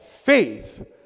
faith